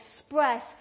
express